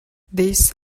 this